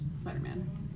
Spider-Man